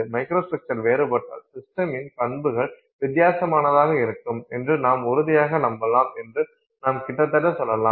microstructure வேறுபட்டால் சிஸ்டமின் பண்புகள் வித்தியாசமாக இருக்கும் என்று நாம் உறுதியாக நம்பலாம் என்று நாம் கிட்டத்தட்ட சொல்லலாம்